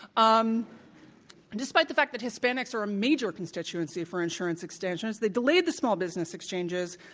um and despite the fact that hispanics are a major constituency for insurance expansion. they delayed the small business exchanges.